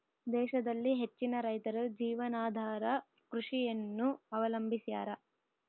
ದೇಶದಲ್ಲಿ ಹೆಚ್ಚಿನ ರೈತರು ಜೀವನಾಧಾರ ಕೃಷಿಯನ್ನು ಅವಲಂಬಿಸ್ಯಾರ